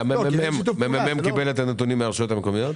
המ.מ.מ קיבל נתונים מהרשויות המקומיות?